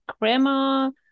grammar